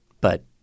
but-